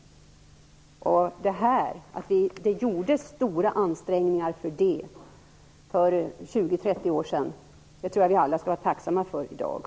Att det gjordes stora ansträngningar för detta för 20-30 år sedan tror jag att vi alla skall vara tacksamma för i dag.